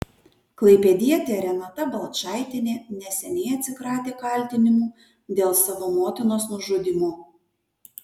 klaipėdietė renata balčaitienė neseniai atsikratė kaltinimų dėl savo motinos nužudymo